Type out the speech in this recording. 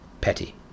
Petty